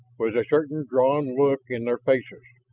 was a certain drawn look in their faces,